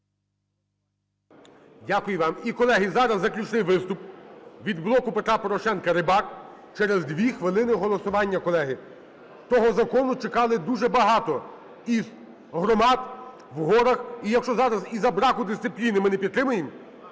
Дякую вам. І, колеги, зараз заключний виступ. Від "Блоку Петра Порошенко" Рибак. Через дві хвилини голосування, колеги. Цього закону чекали дуже багато і громад в горах. І якщо зараз із-за браку дисципліни ми не підтримаємо,